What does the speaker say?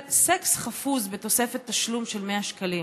סקס חפוז בתוספת תשלום של 100 שקלים.